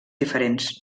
diferents